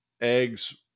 eggs